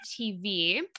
TV